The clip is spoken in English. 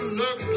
look